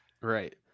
Right